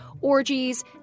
orgies